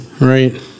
right